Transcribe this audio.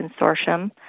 Consortium